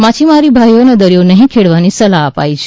માછીમાર ભાઈઓને દરિયો નહીં ખેડવાની સલાહ અપાઈ છે